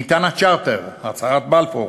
ניתן הצ'רטר" הצהרת בלפור,